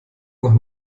noch